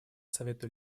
совету